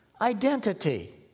identity